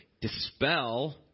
dispel